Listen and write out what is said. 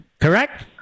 Correct